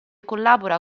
collabora